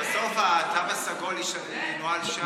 בסוף התו הסגול מנוהל שם.